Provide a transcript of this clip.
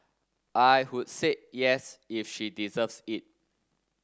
I would said yes if she deserves it